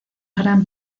gran